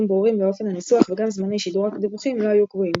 ברורים לאופן הניסוח וגם זמני שידור הדיווחים לא היו קבועים.